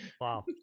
Wow